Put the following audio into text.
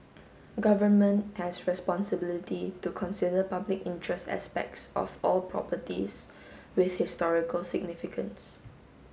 government has responsibility to consider public interest aspects of all properties with historical significance